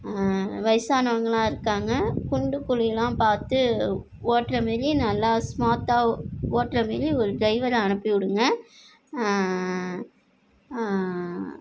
வயதானவங்களாம் இருக்காங்க குண்டு குழி எல்லாம் பார்த்து ஓட்டுற மாரி நல்லா ஸ்மூத்தாக ஓட்டுற மாரி ஒரு டிரைவரை அனுப்பிவிடுங்க